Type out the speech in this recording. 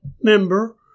member